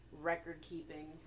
record-keeping